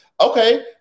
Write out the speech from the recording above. Okay